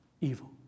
evil